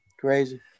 crazy